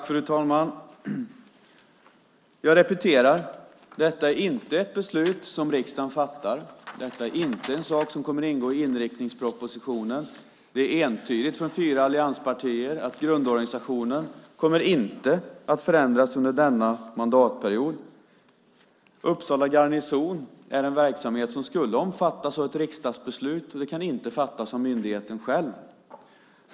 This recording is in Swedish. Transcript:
Fru talman! Jag repeterar: Detta är inte ett beslut som riksdagen fattar. Detta är inte en sak som kommer att ingå i inriktningspropositionen. Det är entydigt från fyra allianspartier att grundorganisationen inte kommer att förändras under denna mandatperiod. Uppsala garnison är en verksamhet som skulle omfattas av ett riksdagsbeslut. Det kan inte fattas av myndigheten själv.